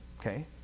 Okay